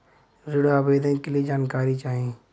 ऋण आवेदन के लिए जानकारी चाही?